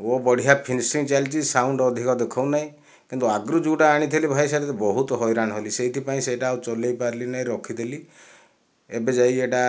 ଓ ବଢ଼ିଆ ଫିନିସିଙ୍ଗ ଚାଲିଛି ସାଉଣ୍ଡ ଅଧିକ ଦେଖାଉନାହିଁ କିନ୍ତୁ ଆଗରୁ ଯେଉଁଟା ଆଣିଥିଲି ଭାଇ ସେଟାରେ ବହୁତ ହଇରାଣ ହେଲି ସେଥିପାଇଁ ସେହିଟା ଆଉ ଚଳେଇ ପାରିଲିନାହିଁ ରଖିଦେଲି ଏବେ ଯାଇ ଏଇଟା